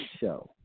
show